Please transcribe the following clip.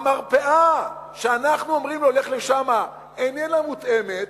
המרפאה, שאנחנו אומרים לו "לך לשם", איננה מותאמת,